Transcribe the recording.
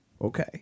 Okay